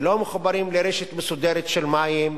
שלא מחוברים לרשת מסודרת של מים,